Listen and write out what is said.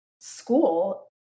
school